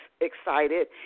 excited